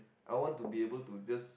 I want to be able to just